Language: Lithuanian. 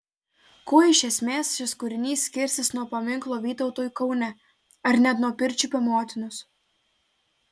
kuo iš esmės šis kūrinys skirsis nuo paminklo vytautui kaune ar net nuo pirčiupio motinos